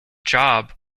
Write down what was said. job